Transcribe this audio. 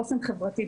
חוסן חברתי.